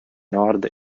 nord